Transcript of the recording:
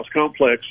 Complex